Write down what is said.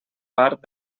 part